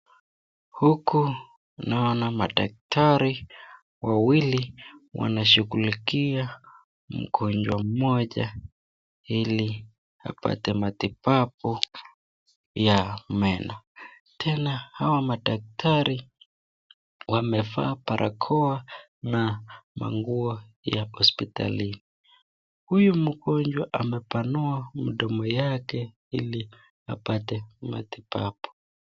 Huku naona madaktari wawili wanashughulikia mgonjwa mmoja ili aweze kupata matibabu ya meno. Tena hawa daktari wamevaa barakwa na manguo ya hospitalini. Huyu mgonjwa amepanua mdomo wake ili apate matibabu.